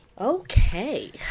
Okay